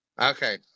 Okay